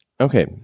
Okay